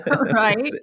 Right